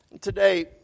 Today